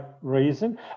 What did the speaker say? reason